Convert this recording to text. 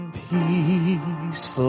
peace